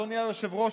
אדוני היושב-ראש,